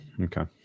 Okay